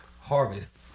harvest